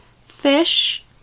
fish